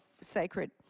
sacred